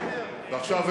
ועכשיו,